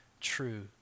true